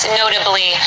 notably